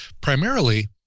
primarily